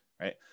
right